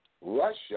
Russia